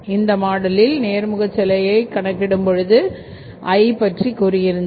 இந்த மாடலில் நேர்முக செலவை கணக்கிடும் பொழுது I பற்றி கூறியிருந்தேன்